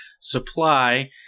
Supply